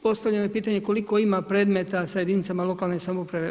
Postavljeno je pitanje koliko ima predmeta sa jedinicama lokalne samouprave.